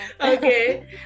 Okay